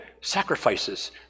sacrifices